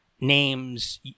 names